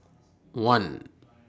one